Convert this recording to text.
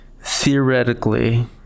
theoretically